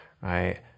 right